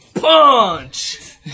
Punch